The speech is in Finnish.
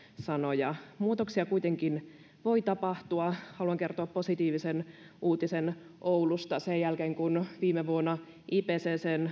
sanoja muutoksia kuitenkin voi tapahtua haluan kertoa positiivisen uutisen oulusta sen jälkeen kun viime vuonna keskustelu ipccn